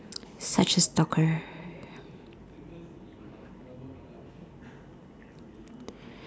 such a stalker